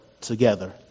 together